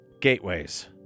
Gateways